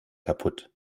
kaputt